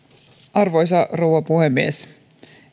arvoisa rouva puhemies